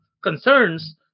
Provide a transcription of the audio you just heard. concerns